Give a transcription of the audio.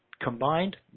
combined